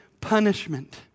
punishment